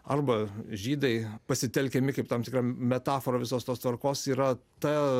arba žydai pasitelkiami kaip tam tikra metafora visos tos tvarkos yra ta